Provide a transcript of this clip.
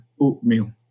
oatmeal